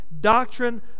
doctrine